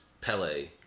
Pele